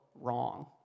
wrong